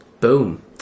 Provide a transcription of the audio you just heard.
boom